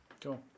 Cool